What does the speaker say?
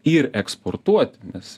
ir eksportuoti nes